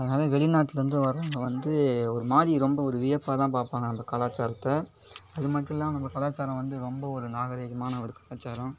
அதனால் வெளிநாட்டுலேருந்து வரவங்க வந்து ஒரு மாதிரி ரொம்ப ஒரு வியப்பாக தான் பார்ப்பாங்க நம்ம கலாச்சாரத்தை அது மட்டுமில்லாமல் நம்ம கலாச்சாரம் வந்து ரொம்ப ஒரு நாகரீகமான ஒரு கலாச்சாரம்